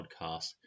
podcast